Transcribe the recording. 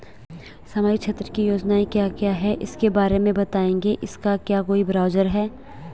सामाजिक क्षेत्र की योजनाएँ क्या क्या हैं उसके बारे में बताएँगे इसका क्या कोई ब्राउज़र है?